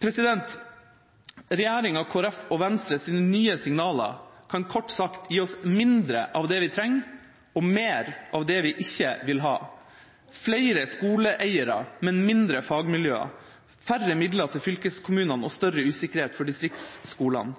Regjeringas, Kristelig Folkepartis og Venstres nye signaler kan kort sagt gi oss mindre av det vi trenger, og mer av det vi ikke vil ha – flere skoleeiere, men mindre fagmiljøer, færre midler til fylkeskommunene og større usikkerhet for distriktsskolene.